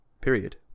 Period